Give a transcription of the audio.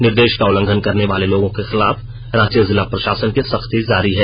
निर्देश का उल्लंघन करने वाले लोगों के खिलाफ रांची जिला प्रशासन की सख्ती जारी है